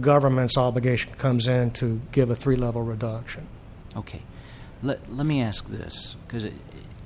government's obligation comes and to give a three level reduction ok let me ask this because